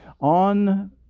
On